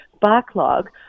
backlog